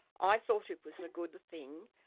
i thought it was a good thing,